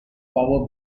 power